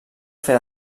fer